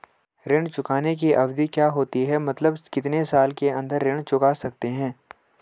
ऋण चुकाने की अवधि क्या होती है मतलब कितने साल के अंदर ऋण चुका सकते हैं?